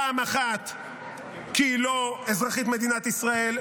פעם אחת כי היא לא אזרחית מדינת ישראל,